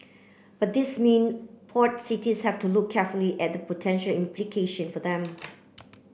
but these mean port cities have to look carefully at the potential implication for them